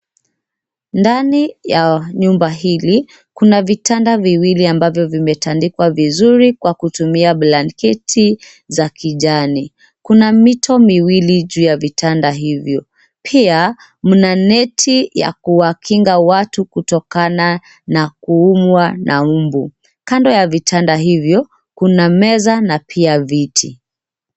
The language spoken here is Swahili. Ndani ya nyumba hili kuna vitanda viwili ambavyo vimetandikwa vizuri kwa kutumia blanketi za kijani. Kuna mito miwili juu ya vitanda hivyo, pia mna neti ya kuwakinga watu kutokana na kuumwa na mbu. Kando ya vitanda hivyo, kuna meza na pia viti.